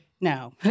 No